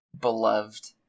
beloved